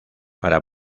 para